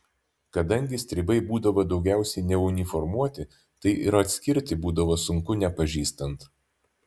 kadangi stribai būdavo daugiausiai neuniformuoti tai ir atskirti būdavo sunku nepažįstant